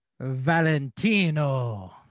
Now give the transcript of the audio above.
Valentino